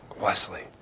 Wesley